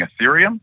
Ethereum